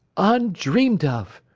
undreamed of!